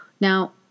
Now